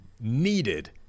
needed